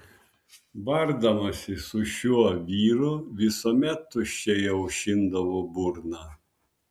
bardamasi su šiuo vyru visuomet tuščiai aušindavo burną